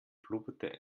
blubberte